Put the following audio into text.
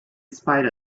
spite